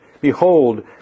Behold